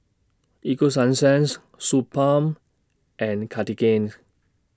Ego Sunsense Suu Balm and Cartigains